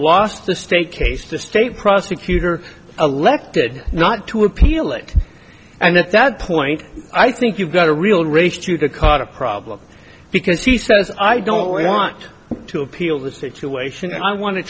lost the state case the state prosecutor elected not to appeal it and at that point i think you've got a real race to get caught a problem because he says i don't want to appeal the situation i want to